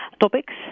topics